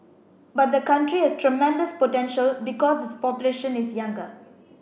but the country has tremendous potential because its population is younger